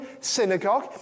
synagogue